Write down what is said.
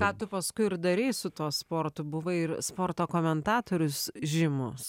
ką tu paskui ir darei su tuo sportu buvai ir sporto komentatorius žymus